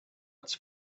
its